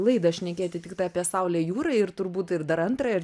laidą šnekėti tiktai apie saulę jūrą ir turbūt ir dar antrą ir